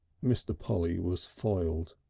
mr. polly was foiled.